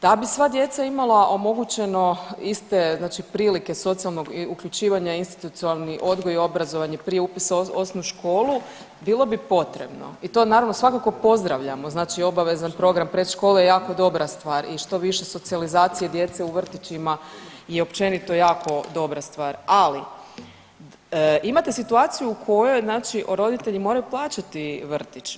Da bi sva djeca imala omogućeno iste znači prilike socijalnog uključivanje u institucionalni odgoj i obrazovanje prije upisa uz osnovnu školu bilo bi potrebno i to naravno svakako pozdravljamo, znači obavezan program predškole je jako dobra stvar i što više socijalizacije djece u vrtićima je općenito jako dobra stvar, ali imate situaciju u kojoj znači roditelji moraju plaćati vrtić.